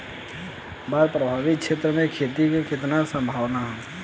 बाढ़ प्रभावित क्षेत्र में खेती क कितना सम्भावना हैं?